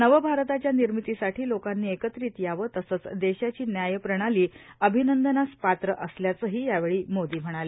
नवभारताच्या विर्मितीसाठी लोकांनी एकत्रित यावं तसंच देशाची व्यायप्रणाली अभिनंदनास पात्र असल्याचंही यावेळी मोदी म्हणाले